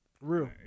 Real